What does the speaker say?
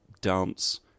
dance